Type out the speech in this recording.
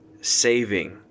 saving